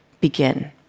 begin